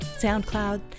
SoundCloud